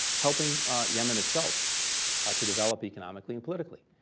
helping yemen itself ah to develop economically and politically.